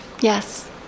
Yes